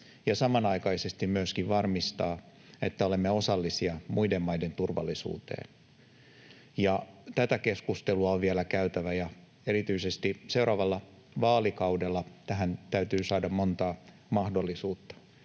samanaikaisesti myöskin varmistaa, että olemme osallisia muiden maiden turvallisuuteen. Tätä keskustelua on vielä käytävä, ja erityisesti seuraavalla vaalikaudella tähän täytyy saada monta mahdollisuutta.